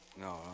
No